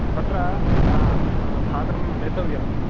तत्र भागं देतव्यम्